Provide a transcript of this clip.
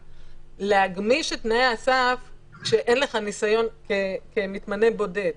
להגמיש את תנאי הסף כשאין לך ניסיון כמתמנה בודד,